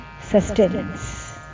sustenance